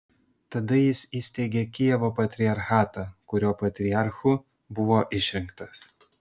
tada jis įsteigė kijevo patriarchatą kurio patriarchu buvo išrinktas